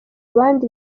abandi